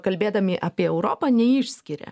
kalbėdami apie europą neišskiria